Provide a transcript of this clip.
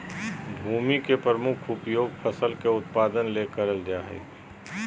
भूमि के प्रमुख उपयोग फसल के उत्पादन ले करल जा हइ